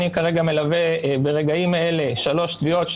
אני כרגע מלווה ברגעים אלה שלוש תביעות,